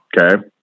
Okay